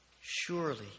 surely